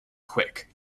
quick